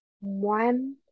one